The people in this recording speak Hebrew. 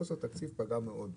חוסר התקציב פגע מאוד,